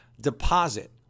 deposit